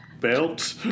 belt